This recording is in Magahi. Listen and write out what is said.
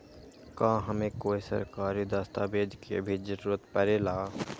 का हमे कोई सरकारी दस्तावेज के भी जरूरत परे ला?